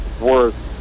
worth